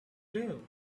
live